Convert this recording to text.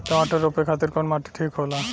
टमाटर रोपे खातीर कउन माटी ठीक होला?